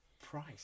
Price